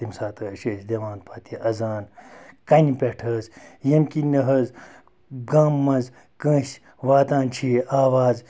تیٚمہِ ساتہٕ حظ چھِ أسۍ دِوان پَتہٕ یہِ اَذان کَنہِ پٮ۪ٹھ حظ ییٚمہِ کِنۍ نہٕ حظ گامہٕ منٛز کٲنٛسہِ واتان چھِ یہِ آواز